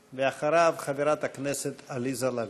ואחריו, חברת הכנסת עליזה לביא.